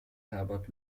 eberhard